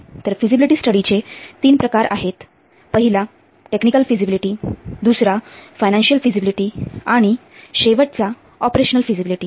तर फिझिबिलिटी स्टडीचे तीन प्रकारआहेत पहिला टेक्निकल फिझिबिलिटी दुसरा फायनान्शिअल फिझिबिलिटी आणि शेवटचा ऑपरेशनल फिझिबिलिटी